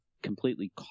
completely